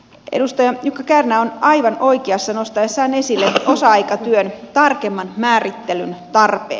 edustaja jukka kärnä on aivan oikeassa nostaessaan esille osa aikatyön tarkemman määrittelyn tarpeen